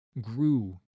grew